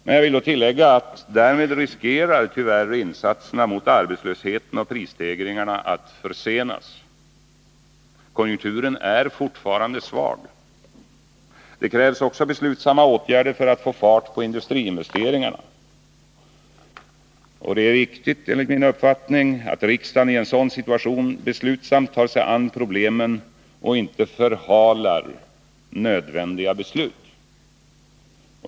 Men jag vill tillägga att insatserna mot arbetslösheten och prisstegringarna därmed tyvärr riskerar att försenas. Konjunkturen är fortfarande svag. Det krävs också beslutsamma åtgärder för att vi skall få fart på industriinvesteringarna. Det är enligt min uppfattning viktigt att riksdagen i en sådan situation beslutsamt tar sig an problemen och inte förhalar nödvändiga beslut.